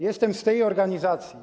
Jestem z tej organizacji.